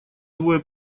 двое